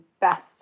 best